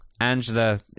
Angela